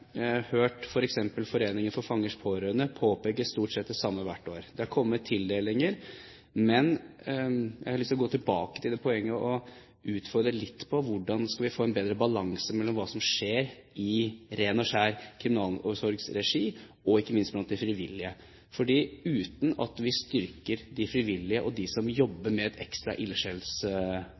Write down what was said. hørt f.eks. foreningen For Fangers Pårørende påpeke stort sett det samme hvert år. Det har kommet tildelinger. Men jeg har lyst til å gå tilbake til poenget og utfordre litt på hvordan vi skal få en bedre balanse mellom hva som skjer i ren og skjær kriminalomsorgsregi, og ikke minst i regi av frivillige. Uten at vi styrker de frivillige og de som jobber med et ekstra